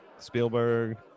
Spielberg